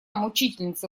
мучительница